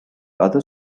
other